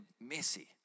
messy